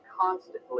constantly